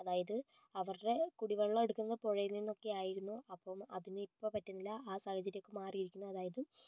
അതായത് അവരുടെ കുടിവെള്ളം എടുക്കുന്ന പുഴയിൽനിന്നൊക്കെ ആയിരുന്നു അപ്പോൾ അതിനിപ്പോ പറ്റുന്നില്ല ആ സാഹചര്യം ഒക്കെ മാറിയിരിക്കുന്നു അതായത്